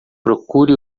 procure